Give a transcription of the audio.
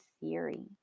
theory